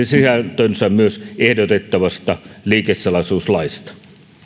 sisältönsä myös ehdotettavasta liikesalaisuuslaista